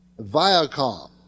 Viacom